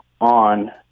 on